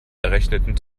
errechneten